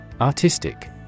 Artistic